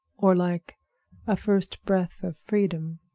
or like a first breath of freedom.